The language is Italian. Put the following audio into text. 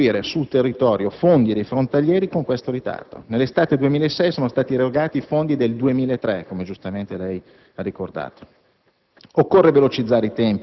Non è possibile distribuire sul territorio fondi frontalieri con questo ritardo: nell'estate 2006 sono stati erogati i fondi del 2003, come giustamente lei ha ricordato.